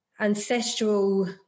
ancestral